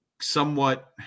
somewhat